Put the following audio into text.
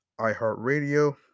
iHeartRadio